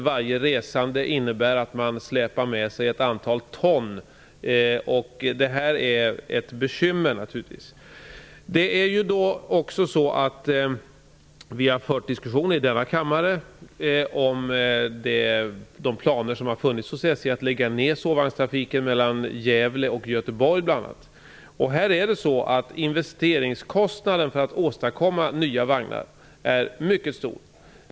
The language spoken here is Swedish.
För varje resande måste ett antal ton materiel släpas med. Detta är naturligtvis ett bekymmer. Vi har fört diskussioner i denna kammare om de planer som funnits hos SJ att lägga ned sovvagnstrafiken bl.a. mellan Gävle och Göteborg. Investeringskostnaden för att åstadkomma nya vagnar är mycket stor.